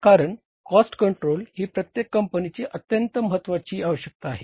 कारण cost control ही प्रत्येक कंपनीची अत्यंत महत्वाची आवश्यकता आहे